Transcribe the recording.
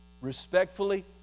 Respectfully